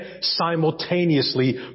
simultaneously